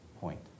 point